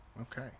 Okay